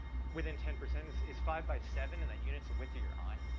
within ten percent is, is five by seven in the units of width to your eye.